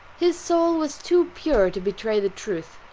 his soul was too pure to betray the truth.